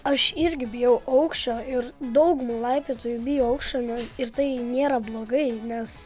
aš irgi bijau aukščio ir dauguma laipiotojų bijo aukščio ir tai nėra blogai nes